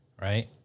right